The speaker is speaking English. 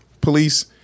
police